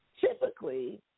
Typically